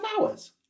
hours